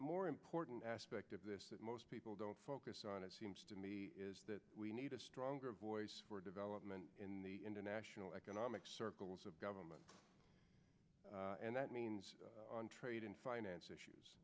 more important aspect of this that most people don't focus on it seems to me is that we need a stronger voice for development in the international economic circles of government and that means on trade and finance issues